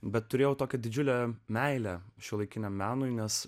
bet turėjau tokią didžiulę meilę šiuolaikiniam menui nes